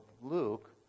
Luke